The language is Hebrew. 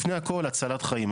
לפני הכול הצלת חיים.